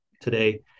today